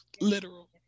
Literal